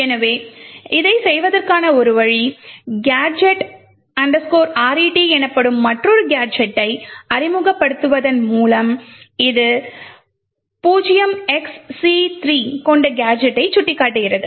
எனவே இதைச் செய்வதற்கான ஒரு வழி Gadget Ret எனப்படும் மற்றொரு கேஜெட்டை அறிமுகப்படுத்துவதன் மூலம் இது 0xC3 கொண்ட கேஜெட்டை சுட்டிக்காட்டுகிறது